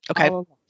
Okay